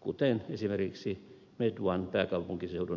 kuten esimerkiksi medonen pääkaupunkiseudun päivystyshankkeessa